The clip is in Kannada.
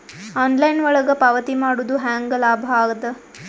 ಆನ್ಲೈನ್ ಒಳಗ ಪಾವತಿ ಮಾಡುದು ಹ್ಯಾಂಗ ಲಾಭ ಆದ?